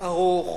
ארוך